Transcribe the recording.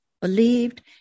believed